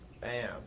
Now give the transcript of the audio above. Bam